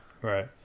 Right